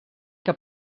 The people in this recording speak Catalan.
que